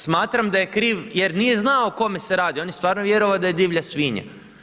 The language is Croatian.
Smatram da je kriv jer nije znao o kome se radi, on je stvarno vjerovao da je divlja svinja.